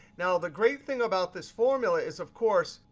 now, the great thing about this formula is, of course,